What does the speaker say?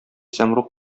сәмруг